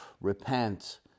repent